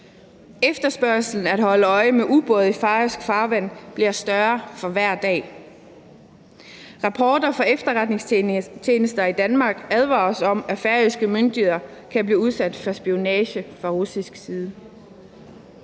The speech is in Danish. Efterspørgslen på at kunne holde øje med ubåde i færøsk farvand bliver større for hver dag. Rapporter fra efterretningstjenester i Danmark advarer også om, at færøske myndigheder kan blive udsat for spionage fra russisk side.